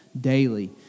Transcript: daily